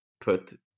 put